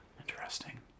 Interesting